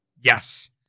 Yes